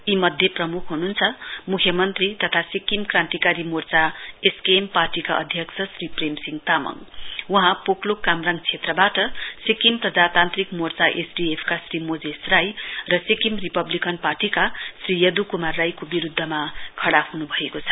यी मध्ये प्रमुख हुनुहुन्छ मुख्यमन्त्री तथा सिक्किम क्रान्तिकारी मोर्चा एसकेएम पार्टीका अध्यक्ष श्री प्रेम सिंह तामाङ वहाँ पोकलोक कामराङ क्षेत्रवाट सिक्किम प्रजातान्त्रिक मोर्चा एसडीएफका श्री मोजेस राई र सिक्किम रिपब्लिकन पार्टीका श्री यद् क्मार राईको विरुद्धमा खडा हुनुभएको छ